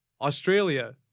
Australia